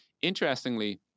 Interestingly